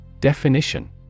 Definition